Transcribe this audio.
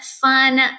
fun